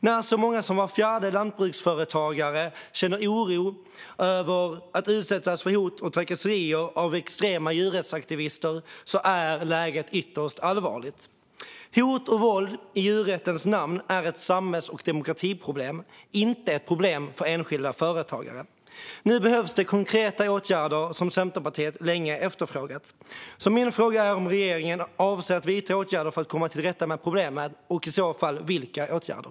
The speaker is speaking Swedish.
När så många som var fjärde lantbruksföretagare känner oro över att utsättas för hot och trakasserier från extrema djurrättsaktivister är läget ytterst allvarligt. Hot och våld i djurrättens namn är ett samhälls och demokratiproblem, inte ett problem för enskilda företagare. Nu behövs konkreta åtgärder, som Centerpartiet efterfrågat. Min fråga är om regeringen avser att vidta åtgärder för att komma till rätta med problemet. Och i så fall, vilka åtgärder?